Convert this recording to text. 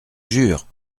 jure